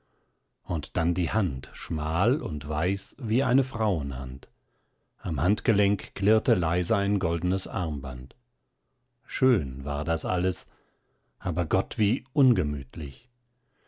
und dann die hand schmal und weiß wie eine frauenhand am handgelenk klirrte leise ein goldenes armband schön war das alles aber gott wie ungemütlich